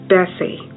Bessie